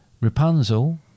Rapunzel